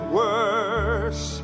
worse